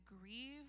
grieve